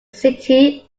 city